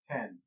Ten